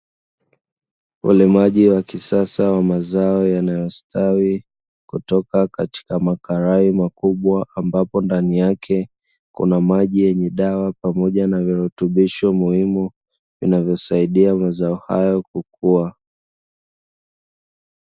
Ulimaji wa kisasa wa mazao yanayostawi kutoka katika makarai makubwa ambapo ndani yake kuna maji yenye dawa pamoja na virutubisho muhimu vinavyo saidia mazao hayo kukua.